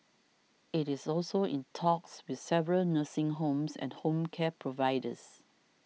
it is also in talks with several nursing homes and home care providers